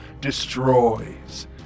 destroys